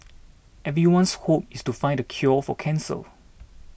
everyone's hope is to find the cure for cancer